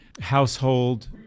household